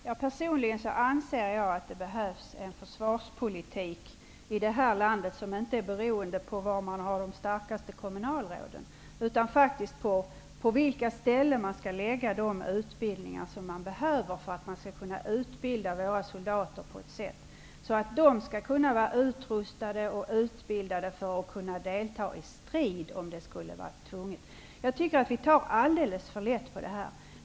Herr talman! Personligen anser jag att det behövs en försvarspolitik i det här landet som inte är beroende av var man har de starkaste kommunalråden utan av de ställen där man faktiskt skall lägga de utbildningar som behövs för att kunna utbilda våra soldater på ett sätt som gör att de är utrustade och utbildade för att kunna delta i strid, om det skulle krävas. Jag tror att vi tar alldeles för lätt på det här.